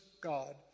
God